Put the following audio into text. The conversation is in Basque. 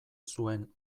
zuen